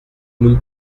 nous